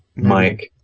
mike,